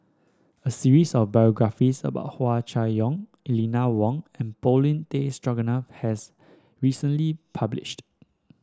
a series of biographies about Hua Chai Yong Eleanor Wong and Paulin Tay Straughan has recently published